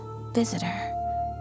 visitor